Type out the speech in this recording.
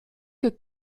que